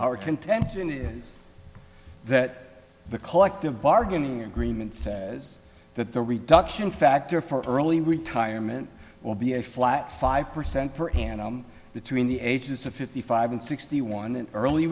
our contention is that the collective bargaining agreement says that the reduction factor for early retirement will be a flat five percent per annum between the ages of fifty five and sixty one and early